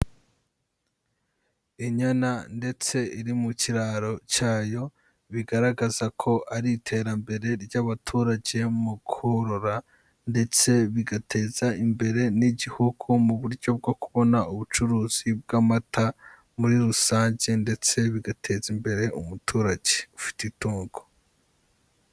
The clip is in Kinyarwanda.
Inyana ndetse iri mu kiraro cyayo bigaragaza ko ari iterambere ry'abaturage mu korora ndetse bigateza imbere n'igihugu mu buryo bwo kubona ubucuruzi bw'amata muri rusange ndetse bigateza imbere umuturage ufite itungo.